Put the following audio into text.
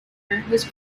his